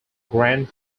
grand